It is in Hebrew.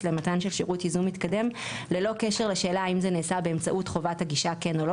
למתן של שירות ייזום מתקדם ללא קשר לשאלה האם זה נעשה באמצעות כן או לא,